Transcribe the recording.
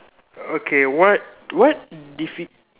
okay what what defeat